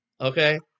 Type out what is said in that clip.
okay